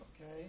Okay